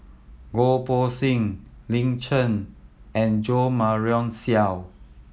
Goh Poh Seng Lin Chen and Jo Marion Seow